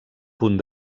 punt